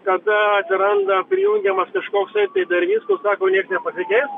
kada atsiranda prijungiamas kažkoksai tai darinys kur sako nieks nepasikeis